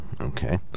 Okay